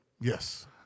Yes